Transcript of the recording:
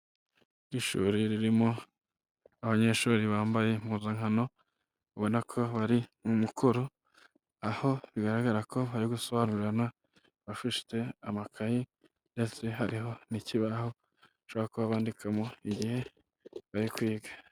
Iri shuri ririmo abanyeshuri bambaye impuzankano, ubona ko bari mu mukoro, aho bigaragara ko bari gusobanurirana bafite amakaye ndetse hariho n'ikibaho bashobora kuba bandikaho igihe bari kwiga.